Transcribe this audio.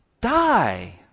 die